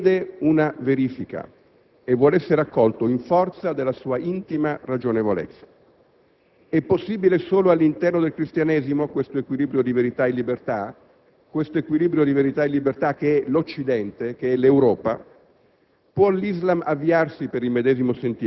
Per questo il messaggio cristiano chiede una verifica e vuol essere accolto in forza della sua intima ragionevolezza. È possibile solo all'interno del Cristianesimo questo equilibrio di verità e libertà che è l'Occidente, che è l'Europa?